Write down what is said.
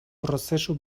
prozesu